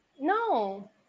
No